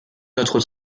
notre